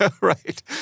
Right